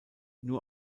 nur